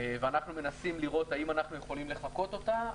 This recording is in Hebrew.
ואנחנו מנסים לראות אם אנחנו יכולים לחקות אותה.